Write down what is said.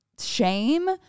shame